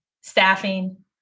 staffing